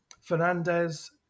Fernandez